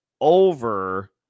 over